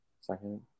Second